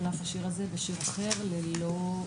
אני נשבע! אקריב את דמי ואסלק את הגזלן (ישראל) מארצי.